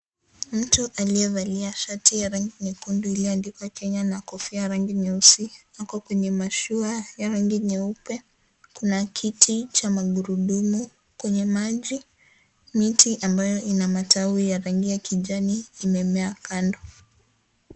Mtu aliyevalia shati nyekundu iliyoandikwa kenya, na kofia ya rangi nyeusi, Ako kwenye mashua ya rangi nyeupe, Kuna kiti cha magurudumu kwenye maji. Miti ambayo ina matawi ya rangi ya kijani imemea kando.